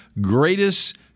greatest